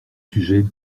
sujet